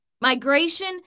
Migration